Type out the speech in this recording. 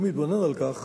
הוא מתבונן על כך